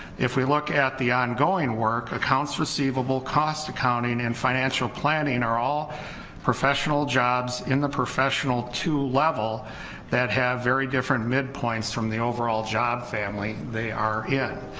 if we look at the ongoing work, accounts receivable, cost accounting, and financial planning are all professional jobs in the professional two level that have very different midpoints from the overall job family they are in,